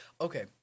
Okay